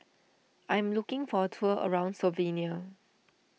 I am looking for a tour around Slovenia